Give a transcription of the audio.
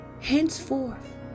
Henceforth